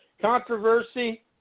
controversy